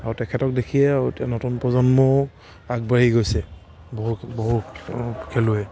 আৰু তেখেতক দেখিয়ে আৰু এতিয়া নতুন প্ৰজন্মও আগবাঢ়ি গৈছে বহুত বহু খেলুৱৈ